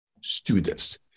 students